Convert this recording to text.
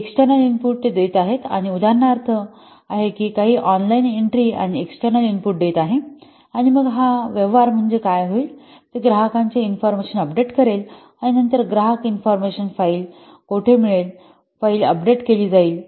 external input ते देत आहे आणि उदाहरणार्थ हे आहे की काही ऑनलाइन एन्ट्री आणि एक्सटर्नल इनपुट देत आहे आणि मग हा व्यवहार म्हणजे काय होईल ते ग्राहकांची इन्फॉर्मेशन अपडेट करेल आणि नंतर ग्राहक इन्फॉर्मशन फाइल कोठे मिळेल फाईल अपडेट केली जाईल